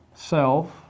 Self